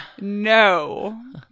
No